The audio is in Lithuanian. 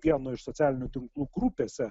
vieno iš socialinių tinklų grupėse